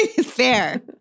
Fair